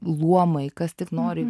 luomai kas tik nori